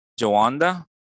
Joanda